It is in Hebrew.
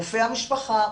רופא המשפחה,